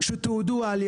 שייסעו בבטחה,